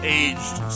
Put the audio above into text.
aged